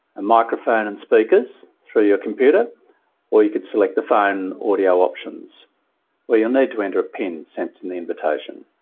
a microphone and speakers through your computer or you can select the phone audio options where you'll need to enter a pin sent in the invitation.